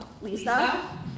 Lisa